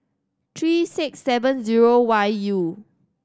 three six seven zero Y U